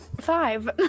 Five